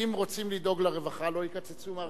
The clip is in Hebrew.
אם רוצים לדאוג לרווחה, לא יקצצו מהרווחה.